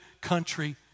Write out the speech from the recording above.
country